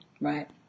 Right